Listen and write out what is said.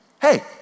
hey